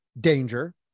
danger